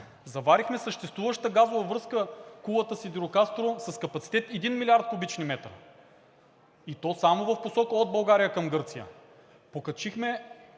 Заварихме съществуващата газова връзка Кулата – Сидирокастро с капацитет 1 млрд. куб. м, и то само в посока от България към Гърция. Покачихме